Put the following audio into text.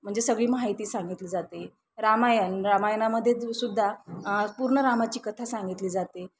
म्हणजे सगळी माहिती सांगितली जाते रामायण रामायणामध्ये सुद्धा पूर्ण रामाची कथा सांगितली जाते